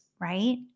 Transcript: right